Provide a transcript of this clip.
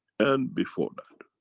and before that.